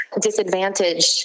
disadvantaged